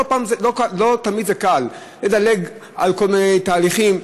לא תמיד קל לדלג על כל מיני תהליכים,